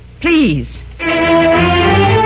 Please